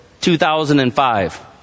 2005